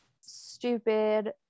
stupid